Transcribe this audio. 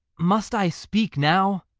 must i speak now?